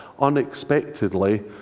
unexpectedly